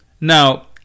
Now